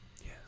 yes